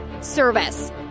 service